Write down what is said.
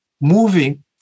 moving